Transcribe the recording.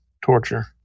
torture